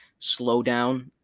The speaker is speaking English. slowdown